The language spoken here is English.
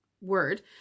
word